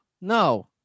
No